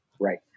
Right